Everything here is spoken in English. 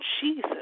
Jesus